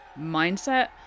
mindset